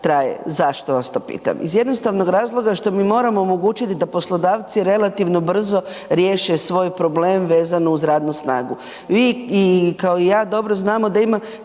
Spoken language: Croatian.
Zašto vas to pitam? Iz jednostavnog razloga što mi moramo omogućiti da poslodavci relativno brzo riješe svoj problem vezan uz radnu snagu.